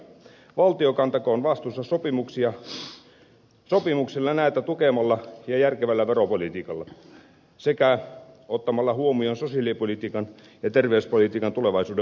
valtio kantakoon vastuunsa sopimuksilla ja näitä tukemalla ja järkevällä veropolitiikalla sekä ottamalla huomioon sosiaalipolitiikan ja terveyspolitiikan tulevaisuuden vaatimukset